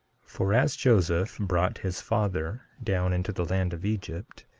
for as joseph brought his father down into the land of egypt,